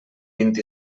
vint